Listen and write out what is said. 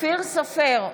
אופיר סופר,